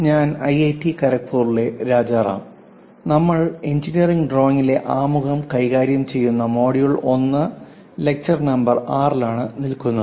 ഞാൻ ഐഐടി ഖരഗ്പൂരിലെ രാജരാം നമ്മൾ എഞ്ചിനീയറിംഗ് ഡ്രോയിംഗിന്റെ ആമുഖം കൈകാര്യം ചെയ്യുന്ന മൊഡ്യൂൾ 1 ലെക്ചർ നമ്പർ 6 ലാണ് നില്കുന്നത്